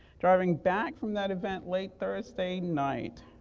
driving back from that event late thursday night,